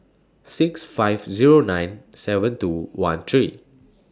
six five Zero nine seven two one three